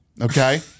okay